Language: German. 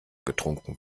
getrunken